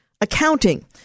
Accounting